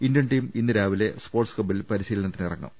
Indian team ഇന്ന് രാവിലെ sports ഹബ്ബിൽ പരിശീലനത്തിന് ഇറങ്ങും